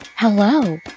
Hello